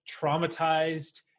traumatized